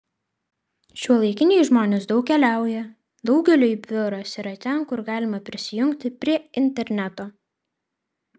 šiuolaikiniai žmonės daug keliauja daugeliui biuras yra ten kur galima prisijungti prie interneto